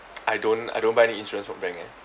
I don't I don't buy any insurance from bank eh